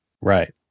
Right